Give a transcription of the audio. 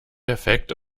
perfekt